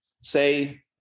say